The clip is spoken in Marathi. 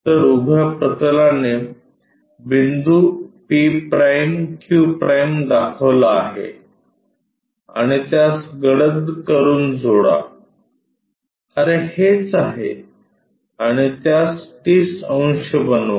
तर उभ्या प्रतलाने बिंदू p'q' दाखविला आहे आणि त्यास गडद करून जोडा अरे हेच आहे आणि त्यास 30 अंश बनवा